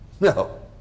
No